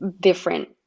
different